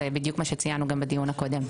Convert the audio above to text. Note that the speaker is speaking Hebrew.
זה בדיוק מה שציינו גם בדיון הקודם,